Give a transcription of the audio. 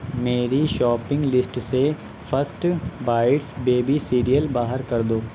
میری shopping list سے First Bites baby cereal باہر کر دو